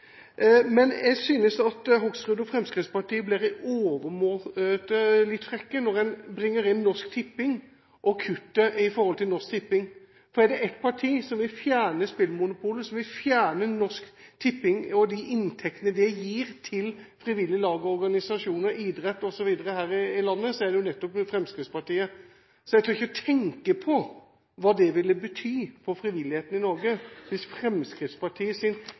Men jeg synes at Hoksrud og Fremskrittspartiet er overmåte frekke når de bringer inn Norsk Tipping og kuttet i Norsk Tipping. Er det ett parti som vil fjerne spillmonopolet, som vil fjerne Norsk Tipping og de inntektene det gir til frivillige lag og organisasjoner, idrett osv. her i landet, så er det nettopp Fremskrittspartiet. Jeg tør ikke tenke på hva det ville bety for frivilligheten i Norge hvis